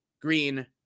Green